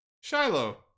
Shiloh